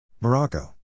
Morocco